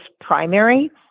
primary